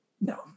No